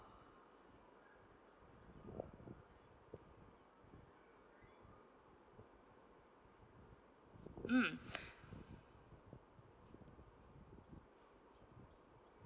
mm